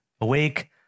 awake